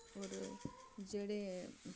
होर जेह्ड़े